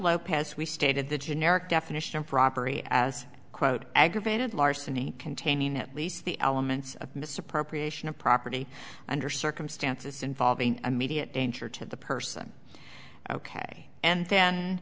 lopez we stated the generic definition of robbery as quote aggravated larceny containing at least the elements of misappropriation of property under circumstances involving immediate danger to the person ok and then